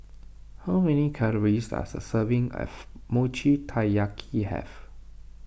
how many calories does a serving of Mochi Taiyaki have